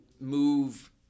move